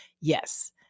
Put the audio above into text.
Yes